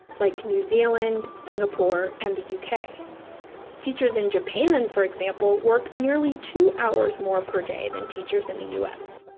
like new zealand, singapore, and the yeah uk. teachers in japan for example work nearly two hours more per day than teachers in the us,